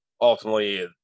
ultimately